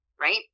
Right